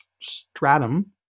stratum